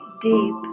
deep